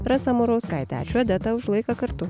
rasa murauskaitė ačiū odeta už laiką kartu